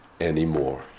anymore